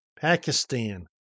Pakistan